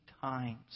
times